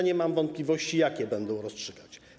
Nie mam wątpliwości, jak będą je rozstrzygać.